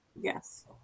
Yes